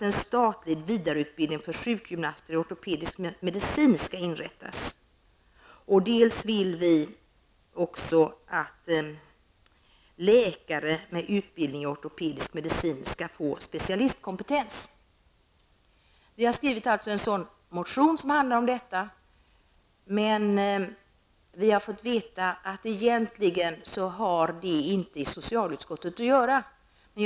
En statlig vidareutbildning i ortopedisk medicin bör inrättas för sjukgymnaster. Vi vill också att läkare med utbildning i ortopedisk medicin skall få specialistkompetens. Vi har dock fått veta att denna motion egentligen inte hör till socialutskottets område.